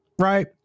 Right